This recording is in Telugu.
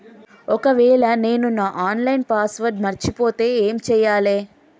ఒకవేళ నేను నా ఆన్ లైన్ పాస్వర్డ్ మర్చిపోతే ఏం చేయాలే?